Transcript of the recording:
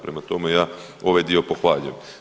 Prema tome, ja ovaj dio pohvaljujem.